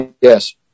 Yes